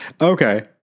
okay